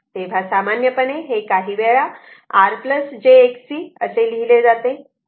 तेव्हा सामान्यपणे हे काही वेळा R j Xc असे लिहिले जाते